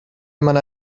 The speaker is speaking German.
jemand